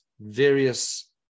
various